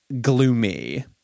gloomy